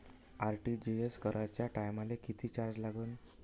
RTGS कराच्या टायमाले किती चार्ज लागन?